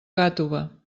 gàtova